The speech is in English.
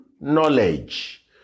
knowledge